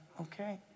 Okay